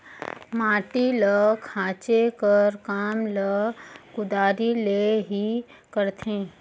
माटी ल खाचे कर काम ल कुदारी ले ही करथे